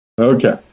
Okay